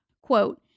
Quote